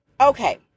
Okay